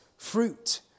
Fruit